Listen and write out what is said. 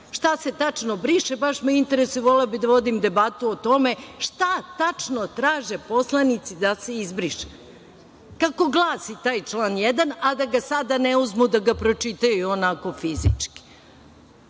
1.“.Šta se tačno briše baš me interesuje i volela bih da vodimo debatu o tome šta tačno traže poslanici da se izbriše? Kako glasi taj član 1. a da sada ne uzmu da ga pročitaju onako